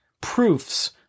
proofs